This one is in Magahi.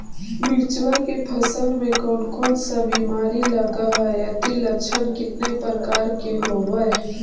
मीरचा के फसल मे कोन सा बीमारी लगहय, अती लक्षण कितने प्रकार के होब?